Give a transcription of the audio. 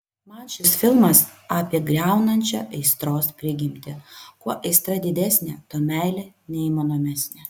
man šis filmas apie griaunančią aistros prigimtį kuo aistra didesnė tuo meilė neįmanomesnė